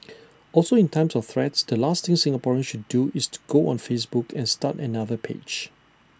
also in times of threats the last thing Singaporeans should do is to go on Facebook and start another page